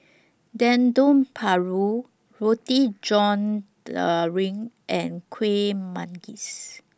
Dendeng Paru Roti John Daring and Kuih Manggis